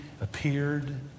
appeared